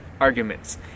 arguments